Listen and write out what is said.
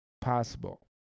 possible